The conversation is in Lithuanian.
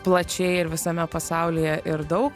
plačiai ir visame ir pasaulyje ir daug